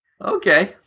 okay